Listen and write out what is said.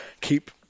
keep